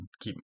keep